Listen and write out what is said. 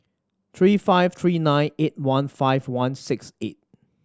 three five three nine eight one five one six eight